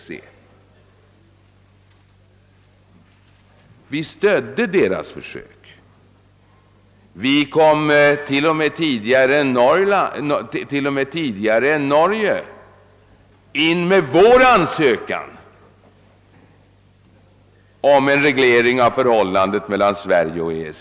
Sverige stödde deras försök och lämnade t.o.m. in sin ansökan tidigare än Norge om en reglering av förhållandet mellan vårt land och EEC.